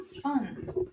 Fun